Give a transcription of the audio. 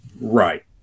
Right